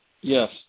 Yes